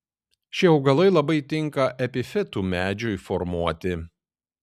šie augalai labai tinka epifitų medžiui formuoti